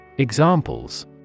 Examples